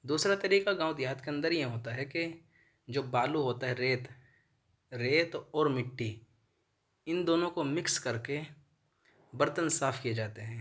دوسرا طریقہ گاؤں دیہات كے اندر یہ ہوتا ہے کہ جو بالو ہوتا ہے ریت ریت اور مٹی ان دونوں کو مکس کر کے برتن صاف کیے جاتے ہیں